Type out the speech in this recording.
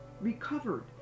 recovered